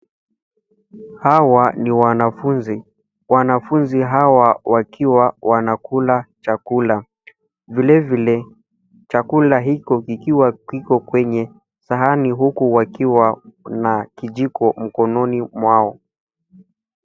Hawa ni wanafunzi. Wanafunzi hawa wakiwa wanakula chakula. Vili vile, chakula hicho kikiwa kiko kwenye sahani, huku wakiwa na kijiko mkononi mwao.